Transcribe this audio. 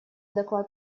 доклад